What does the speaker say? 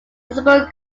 municipal